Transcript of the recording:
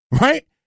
right